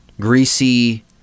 greasy